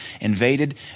invaded